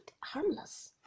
harmless